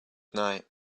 night